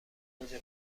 گوجه